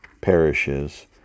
parishes